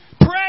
Pray